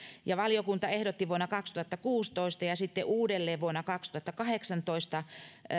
ja valiokunta ehdotti vuonna kaksituhattakuusitoista ja sitten uudelleen vuonna kaksituhattakahdeksantoista